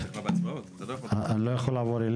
אבל אתה כבר בהצבעות, אתה לא יכול לתת לה עכשיו.